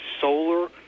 solar